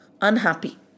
unhappy